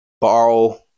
borrow